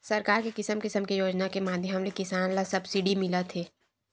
सरकार के किसम किसम के योजना के माधियम ले किसान ल सब्सिडी मिलत हे